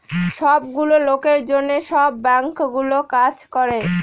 সব গুলো লোকের জন্য সব বাঙ্কগুলো কাজ করে